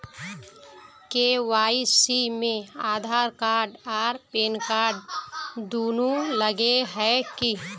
KYC में Aadhaar card आर PAN card दुनू लगे है की?